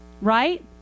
Right